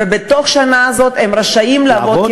ובתוך השנה הזאת הם רשאים לעבוד,